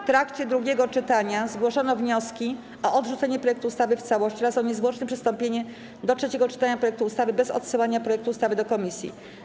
W trakcie drugiego czytania zgłoszono wnioski o odrzucenie projektu ustawy w całości oraz o niezwłoczne przystąpienie do trzeciego czytania projektu ustawy bez odsyłania projektu ustawy do komisji.